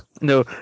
No